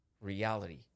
reality